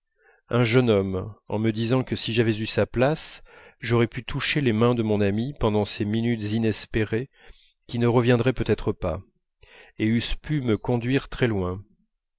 un jeune homme en me disant que si j'avais eu sa place j'aurais pu toucher les mains de mon amie pendant ces minutes inespérées qui ne reviendraient peut-être pas et eussent pu me conduire très loin